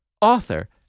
author